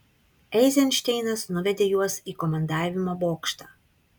eizenšteinas nuvedė juos į komandavimo bokštą